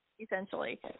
essentially